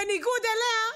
בניגוד אליה,